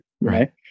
right